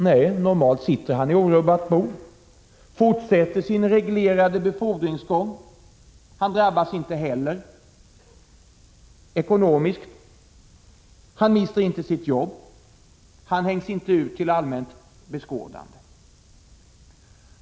Nej, normalt sitter han i orubbat bo, fortsätter sin reglerade befordringsgång. Han drabbas inte heller ekonomiskt. Han mister inte sitt jobb. Han hängs inte ut till allmänt beskådande.